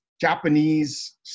Japanese